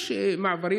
יש מעברים,